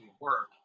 work